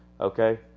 Okay